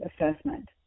assessment